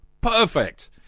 Perfect